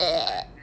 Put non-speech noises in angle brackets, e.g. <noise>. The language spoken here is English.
<noise>